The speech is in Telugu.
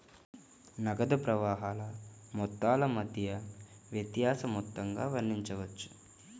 నగదు ప్రవాహాల మొత్తాల మధ్య వ్యత్యాస మొత్తంగా వర్ణించవచ్చు